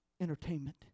entertainment